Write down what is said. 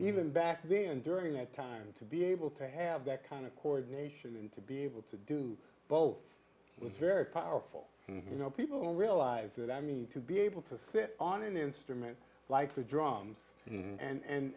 even back then during that time to be able to have that kind of chord nation and to be able to do both it's very powerful you know people realize that i need to be able to sit on an instrument like the drums and a